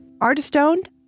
Artist-owned